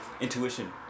intuition